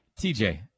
TJ